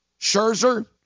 Scherzer